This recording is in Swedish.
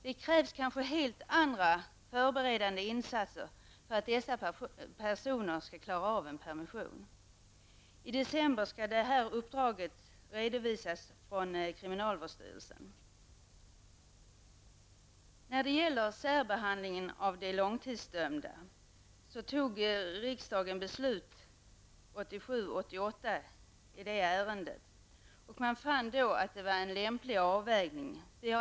Det krävs kanske helt andra förberedande insatser för att dessa personer skall klara av en permission. I december skall uppdraget från kriminalvårdsstyrelsen redovisas. Riksdagen fattade 1987/88 beslut om särbehandling av de långtidsdömda. Man fann då att en lämplig avvägning gjordes.